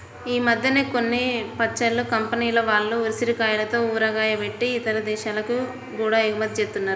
ఈ మద్దెన కొన్ని పచ్చళ్ళ కంపెనీల వాళ్ళు ఉసిరికాయలతో ఊరగాయ బెట్టి ఇతర దేశాలకి గూడా ఎగుమతి జేత్తన్నారు